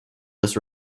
this